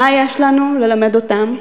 מה יש לנו ללמד אותם?